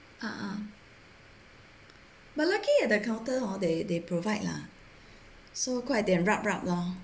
ah but looking at the counter hor they they provide lah so 快点 rub rub lor